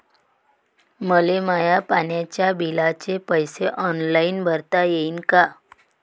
मले माया पाण्याच्या बिलाचे पैसे ऑनलाईन भरता येईन का?